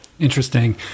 Interesting